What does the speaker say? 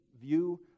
view